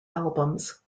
albums